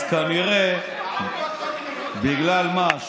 אז כנראה, בגלל מה?